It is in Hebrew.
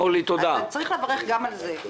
אז צריך לברך גם על זה.